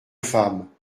femme